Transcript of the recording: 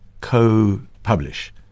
co-publish